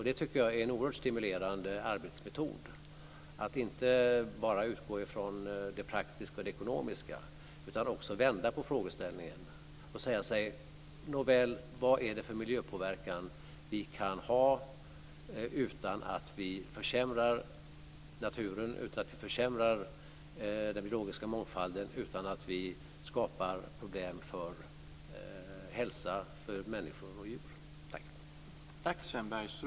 Det tycker jag är en oerhört stimulerande arbetsmetod att inte bara utgå från det praktiska och det ekonomiska utan att också vända på frågeställningen och fråga sig vilken miljöpåverkan vi kan ha utan att vi försämrar naturen, utan att vi försämrar den biologiska mångfalden och utan att vi skapar problem för hälsa för människor och djur.